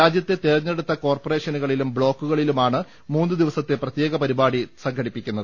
രാജ്യത്തെ തെരഞ്ഞെടുത്ത് കോർപറേഷനു കളിലും ബ്ലോക്കുകളിലുമാണ് മൂന്നു ദിവസത്തെ പ്രത്യേക പ്രിപാടി സംഘടിപ്പി ക്കുന്നത്